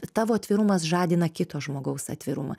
tavo atvirumas žadina kito žmogaus atvirumą